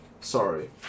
Sorry